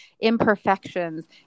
imperfections